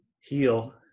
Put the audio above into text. heal